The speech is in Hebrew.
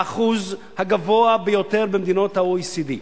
האחוז הגבוה ביותר במדינות ה-OECD?